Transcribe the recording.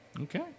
Okay